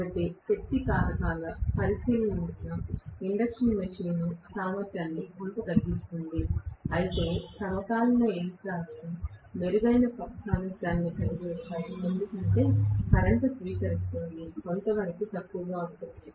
కాబట్టి శక్తి కారకాల పరిశీలనల వల్ల ఇండక్షన్ మెషీన్ సామర్థ్యాన్ని కొంచెం తగ్గిస్తుంది అయితే సమకాలీన యంత్రాలు మెరుగైన సామర్థ్యాన్ని కలిగి ఉంటాయి ఎందుకంటే కరెంట్ స్వీకరిస్తోంది కొంతవరకు తక్కువగా ఉంటుంది